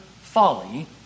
folly